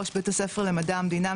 ראש בית הספר למדע המדינה,